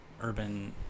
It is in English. urban